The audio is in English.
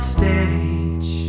stage